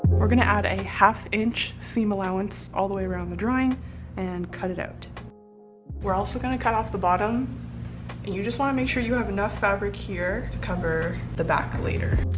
we're gonna add a half inch seam allowance all the way around the drawing and cut it out we're also going to cut off the bottom you just want to make sure you have enough fabric here to cover the back later